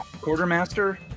Quartermaster